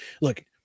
look